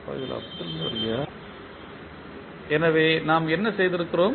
அதாவது நாம் என எழுதுவோம் எனவே நாங்கள் என்ன செய்திருக்கிறோம்